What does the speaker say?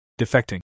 defecting